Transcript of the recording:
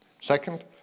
Second